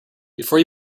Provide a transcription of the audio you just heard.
before